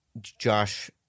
Josh